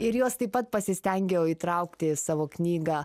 ir juos taip pat pasistengiau įtraukti į savo knygą